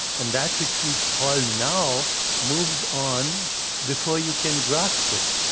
and that which we call now moves on before you can grasp it.